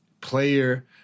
player